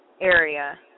area